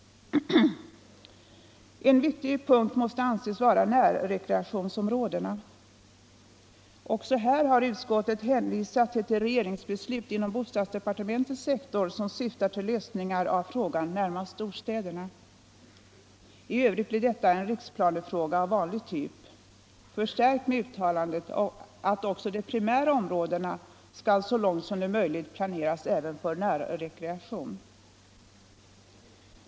Närrekreationsområdena måste anses vara en viktig fråga. Också härvidlag har utskottet hänvisat till de regeringsbeslut inom bostadsdepartementets sektor som syftar till lösningar av frågan närmast storstäderna. I övrigt blir detta en riksplanefråga av vanlig typ, förstärkt med uttalandet att också de primära områdena skall så långt som det är möjligt planeras även för närrekreation.